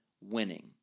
winning